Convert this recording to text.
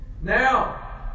Now